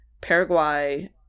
Paraguay